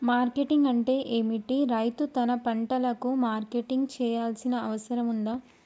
Marketing అంటే ఏమిటి? రైతు తన పంటలకు మార్కెటింగ్ చేయాల్సిన అవసరం ఉందా?